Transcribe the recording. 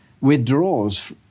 withdraws